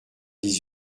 dix